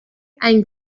ein